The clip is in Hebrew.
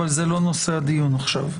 אבל זה לא נושא הדיון עכשיו.